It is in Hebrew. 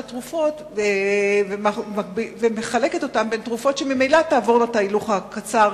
התרופות ומחלקת אותן לתרופות שממילא יעברו את ההליך הקצר,